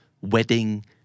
wedding